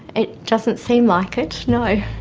it doesn't seem like it, you know